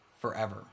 forever